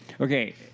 Okay